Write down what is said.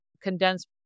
condensed